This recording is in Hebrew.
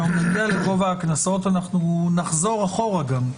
שכאשר נגיע לגובה הקנסות, נחזור גם אחורה.